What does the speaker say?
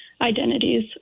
identities